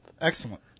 Excellent